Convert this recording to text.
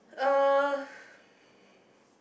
uh